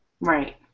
right